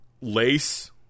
lace